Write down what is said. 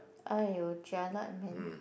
!aiyo! jialat man